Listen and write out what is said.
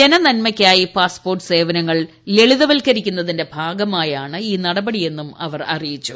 ജനന്മയ്ക്കായി passport സേവനങ്ങൾ ലളിതവത്കരിക്കുന്നതിന്റെ ഭാഗമായാണ് ഇൌ നടപടിയെന്നും അവർ അറിയിച്ചു